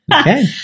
Okay